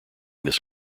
this